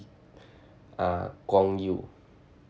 uh gong you